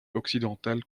occidentale